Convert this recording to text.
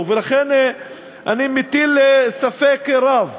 ולכן אני מטיל ספק רב